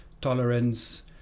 tolerance